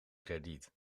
krediet